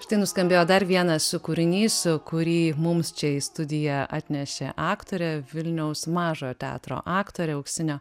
štai nuskambėjo dar vienas kūrinys kurį mums čia į studiją atnešė aktorė vilniaus mažojo teatro aktorė auksinio